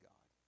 God